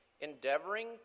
endeavoring